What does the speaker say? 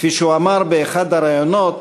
כפי שהוא אמר באחד הראיונות,